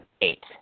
eight